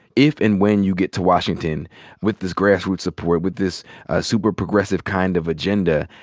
if and when you get to washington with this grassroots support. with this ah super progressive kind of agenda,